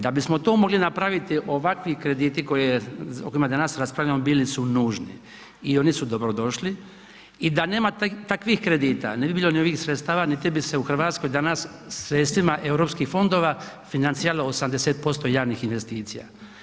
Da bismo to mogli napraviti, ovakvi krediti koje o kojima danas raspravljamo bili su nužni i oni su dobrodošli i da nema takvih kredita ne bi bilo ni ovih sredstava niti bi se u Hrvatskoj danas sredstvima EU fondova financiralo 80% javnih investicija.